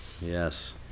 Yes